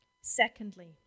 Secondly